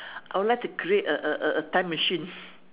I would like to create a a a a time machine